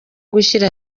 gushyira